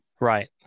Right